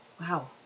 Wow